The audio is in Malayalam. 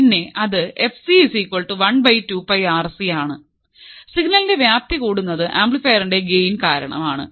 പിന്നെ അത് fc 1 2 πRC സിഗ്നലിന്റെ വ്യാപ്തി കൂട്ടുന്നത് ആംപ്ലിഫയറിന്റെ ഗെയ്ൻ കാരണം ആണ്